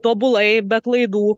tobulai be klaidų